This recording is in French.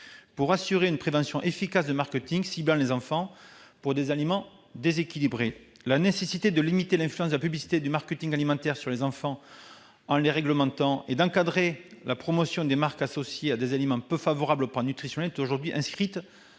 pour assurer une prévention efficace de marketing ciblant les enfants pour des aliments déséquilibrés. La nécessité de « limiter l'influence de la publicité et du marketing alimentaire sur les enfants en les réglementant et [d']encadrer la promotion des marques associées à des aliments peu favorables au plan nutritionnel » est aujourd'hui inscrite